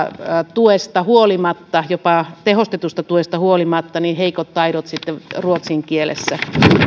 tuesta huolimatta jopa tehostetusta tuesta huolimatta heikot taidot sitten ruotsin kielessä